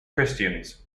christians